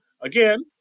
again